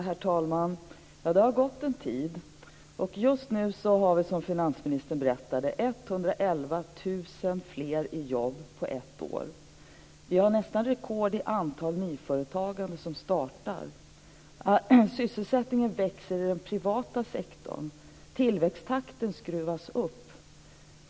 Herr talman! Ja, det har gått en tid. Och just nu har vi, som finansministern berättade, 111 000 fler i jobb än förra året. Vi har nästan rekord när det gäller antal nya företag. Sysselsättningen växer i den privata sektorn. Tillväxttakten skruvas upp.